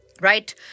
Right